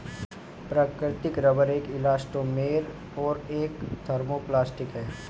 प्राकृतिक रबर एक इलास्टोमेर और एक थर्मोप्लास्टिक है